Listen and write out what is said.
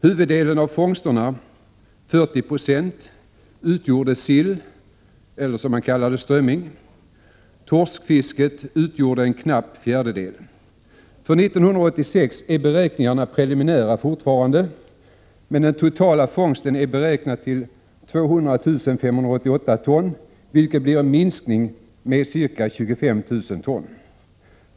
Huvuddelen av fångsterna, 40 90, utgjordes av sill/strömming. Torskfisket utgjorde en knapp fjärdedel. För 1986 är beräkningarna fortfarande preliminära. Den totala fångsten är beräknad till 200 588 ton, vilket blir en minskning med ca 25 000 ton.